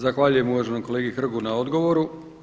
Zahvaljujem uvaženom kolegi Hrgu na odgovoru.